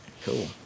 Cool